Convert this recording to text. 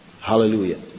Hallelujah